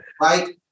Right